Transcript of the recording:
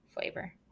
flavor